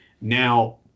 Now